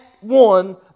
one